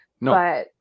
No